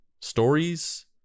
stories